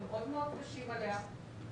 מאוד קשים עליה,